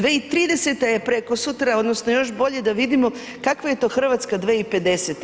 2030. je prekosutra, odnosno još bolje da vidimo kakva je to Hrvatska 2050.